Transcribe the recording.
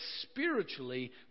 spiritually